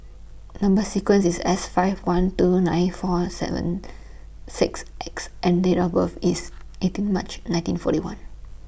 Number sequence IS S five one two nine four seven six X and Date of birth IS eighteen March nineteen forty one